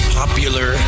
popular